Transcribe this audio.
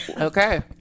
Okay